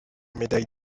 médaille